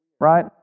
Right